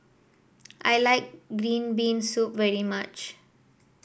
I like Green Bean Soup very much